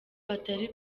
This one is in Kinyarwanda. atari